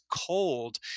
cold